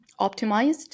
optimized